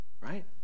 right